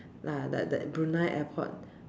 ah like the Brunei airport